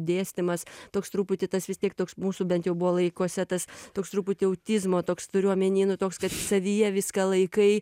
dėstymas toks truputį tas vis tiek toks mūsų bent jau buvo laikuose tas toks truputį autizmo toks turiu omeny nu toks kad savyje viską laikai